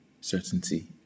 certainty